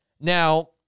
Now